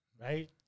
Right